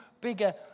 bigger